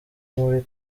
muri